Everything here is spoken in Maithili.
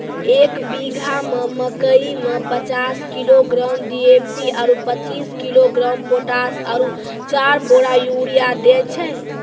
एक बीघा मे मकई मे पचास किलोग्राम डी.ए.पी आरु पचीस किलोग्राम पोटास आरु चार बोरा यूरिया दैय छैय?